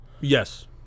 Yes